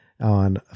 on